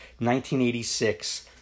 1986